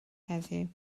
heddiw